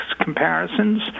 comparisons